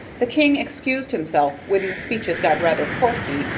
the king excused himself when the speeches got rather corky,